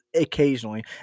Occasionally